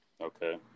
Okay